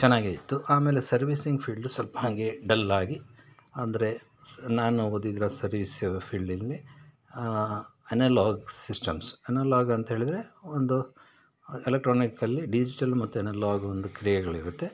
ಚೆನ್ನಾಗೇ ಇತ್ತು ಆಮೇಲೆ ಸರ್ವೀಸಿಂಗ್ ಫೀಲ್ಡು ಸ್ವಲ್ಪ ಹಾಗೆ ಡಲ್ ಆಗಿ ಅಂದರೆ ಸ್ ನಾನು ಓದಿದ್ದರ ಸರ್ವೀಸು ಫೀಲ್ಡಿಲ್ಲಿ ಅನಲಾಗ್ ಸಿಸ್ಟಮ್ಸ್ ಅನಲಾಗ್ ಅಂತ ಹೇಳಿದರೆ ಒಂದು ಎಲೆಕ್ಟ್ರಾನಿಕ್ಕಲ್ಲಿ ಡಿಜಿಟಲ್ ಮತ್ತು ಅನಲಾಗ್ ಒಂದು ಕ್ರಿಯೆಗಳಿರುತ್ತೆ